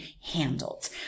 handled